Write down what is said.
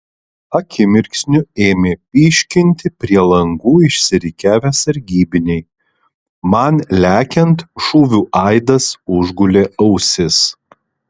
akimirksniu ėmė pyškinti prie langų išsirikiavę sargybiniai man lekiant šūvių aidas užgulė ausis